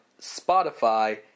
Spotify